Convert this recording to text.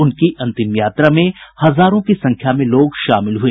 उनकी अंतिम यात्रा में हजारों की संख्या में लोग शामिल हुए